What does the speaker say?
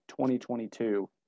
2022